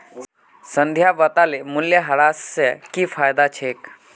संध्या बताले मूल्यह्रास स की फायदा छेक